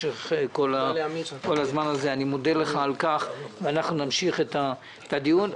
אנחנו נמשיך את הדיון.